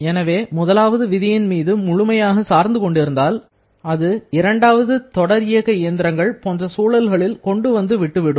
எனவே முதலாவது விதியின் மீது முழுமையாக சார்ந்து கொண்டிருந்தால் அது இரண்டாவது தொடர் இயக்க இயந்திரங்கள் போன்ற சூழல்களில் கொண்டுவந்து விட்டுவிடும்